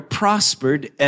prospered